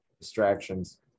distractions